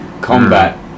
combat